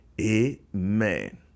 Amen